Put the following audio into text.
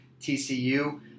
TCU